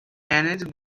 managed